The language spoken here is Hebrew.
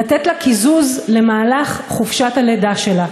לתת לה קיזוז למהלך חופשת הלידה שלה.